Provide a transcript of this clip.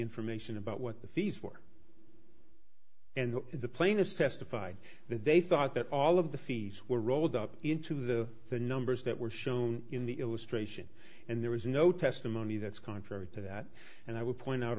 information about what the fees were and the plaintiffs testified that they thought that all of the fees were rolled up into the the numbers that were shown in the illustration and there was no testimony that's contrary to that and i would point out